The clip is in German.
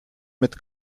mit